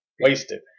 wasted